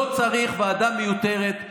לא צריך ועדה מיותרת,